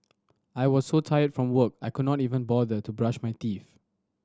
I was so tired from work I could not even bother to brush my teeth